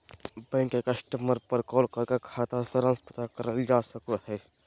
bank के customer पर call करके खाता सारांश पता करल जा सको हय